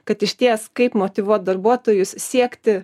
kad išties kaip motyvuot darbuotojus siekti